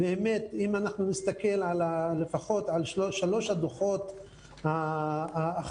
אם אנחנו נסתכל על לפחות שלושת הדוחות האחרונים